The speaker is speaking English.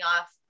off